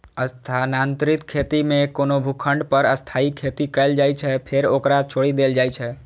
स्थानांतरित खेती मे कोनो भूखंड पर अस्थायी खेती कैल जाइ छै, फेर ओकरा छोड़ि देल जाइ छै